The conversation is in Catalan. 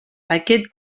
aquest